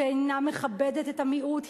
שאינה מכבדת את המיעוט,